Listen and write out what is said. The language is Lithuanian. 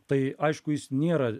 tai aišku jis nėra